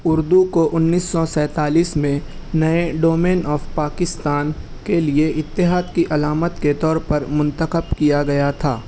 اردو کو انیس سو سینتالیس میں نئے ڈومین آف پاکستان کے لئے اتحاد کی علامت کے طورپر منتخب کیا گیا تھا